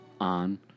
on